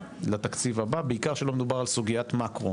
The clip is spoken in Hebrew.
לתקציב הבא, בעיקר שלא מדובר על סוגיית מקרו